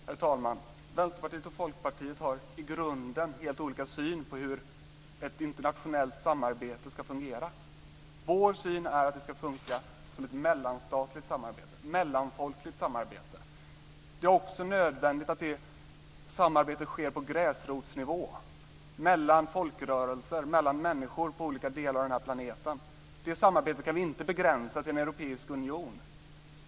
Herr talman! Vänsterpartiet och Folkpartiet har i grunden helt olika syn på hur ett internationellt samarbete ska fungera. Vår syn är att det ska funka som ett mellanstatligt samarbete, ett mellanfolkligt samarbete. Det är också nödvändigt att detta samarbete sker på gräsrotsnivå, mellan folkrörelser och mellan människor på olika delar av den här planeteten. Det samarbetet kan vi inte begränsa till en europeisk union.